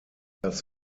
das